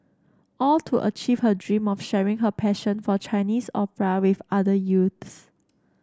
all to achieve her dream of sharing her passion for Chinese opera with other youths